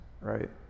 right